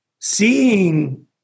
seeing